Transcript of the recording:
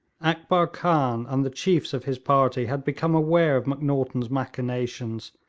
akbar khan and the chiefs of his party had become aware of macnaghten's machinations,